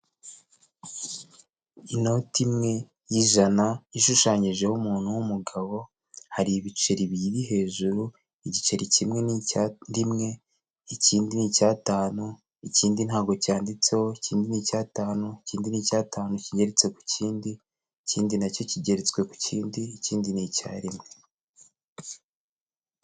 Inoti imwe y'ijana ishushanyijeho umuntu w'umugabo, hari ibiceri biri hejuru igiceri kimwe n'icya rimwe, ikindi ni icy'atanu ikindi ntago cyanditseho, ikindi ni icy'atanu, ikindi ni icy'atanu kingeretse ku kindi, ikindi nacyo kigeretswe ku kindi, ikindi ni icya rimwe.